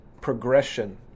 progression